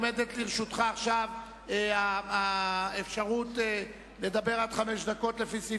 עומדת לרשותך עכשיו האפשרות לדבר עד חמש דקות לפי סעיף